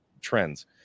trends